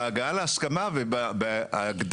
למשרד החקלאות וההתיישבות,